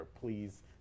please